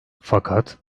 fakat